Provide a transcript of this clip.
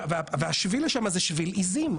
והשביל שם זה שביל עיזים.